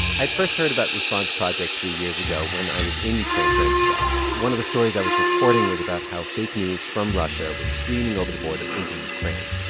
i'd first heard about ruslan's project three years ago when i was in ukraine for npr. one of the stories i was reporting was about how fake news from russia was streaming over the border into ukraine.